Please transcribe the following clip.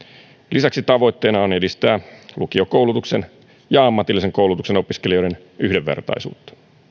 lisäksi tavoitteena on edistää lukiokoulutuksen ja ammatillisen koulutuksen opiskelijoiden yhdenvertaisuutta